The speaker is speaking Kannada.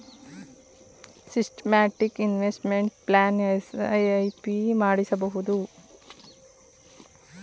ಸಿಸ್ಟಮ್ಯಾಟಿಕ್ ಇನ್ವೆಸ್ಟ್ಮೆಂಟ್ ಪ್ಲಾನ್ ಎಸ್.ಐ.ಪಿ ಮಾಡಿಸಬಹುದು